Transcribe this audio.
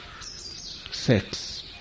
sex